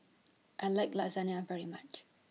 I like Lasagna very much